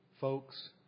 Folks